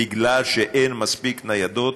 בגלל שאין מספיק ניידות,